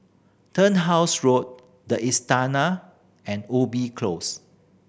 Turnhouse Road The Istana and Ubi Close